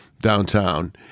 downtown